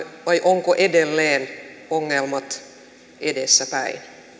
vai ovatko edelleen ongelmat edessäpäin